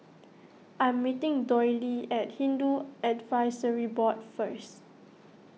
I'm meeting Doyle at Hindu Advisory Board first